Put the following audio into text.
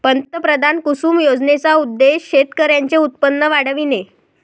पंतप्रधान कुसुम योजनेचा उद्देश शेतकऱ्यांचे उत्पन्न वाढविणे